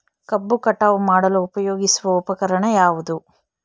ಕಬ್ಬು ಕಟಾವು ಮಾಡಲು ಉಪಯೋಗಿಸುವ ಉಪಕರಣ ಯಾವುದು?